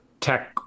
tech